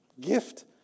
Gift